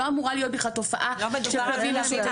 לא אמורה להיות בכלל תופעה של כלבים משוטטים.